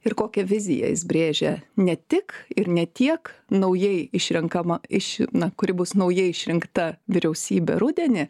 ir kokią viziją jis brėžia ne tik ir ne tiek naujai išrenkama iš na kuri bus naujai išrinkta vyriausybė rudenį